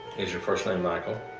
is your first name michael?